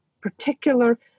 particular